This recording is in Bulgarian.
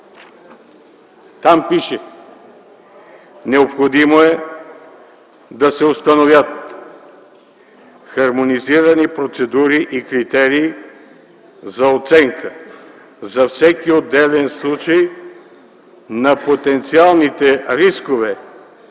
Там пише: „Необходимо е да се установят хармонизирани процедури и критерии за оценка за всеки отделен случай на потенциалните рискове,